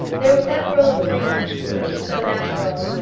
there was that world of grief which was so natural,